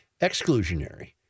exclusionary